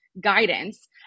guidance